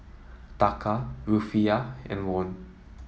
Taka Rufiyaa and Won